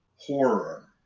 horror